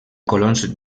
colons